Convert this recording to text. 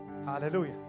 hallelujah